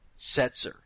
Setzer